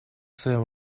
своем